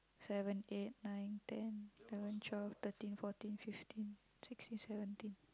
seven eight nine ten eleven twelve thirteen fourteen fifteen sixteen seventeen